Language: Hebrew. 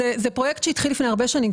זה פרויקט שהתחיל לפני הרבה שנים,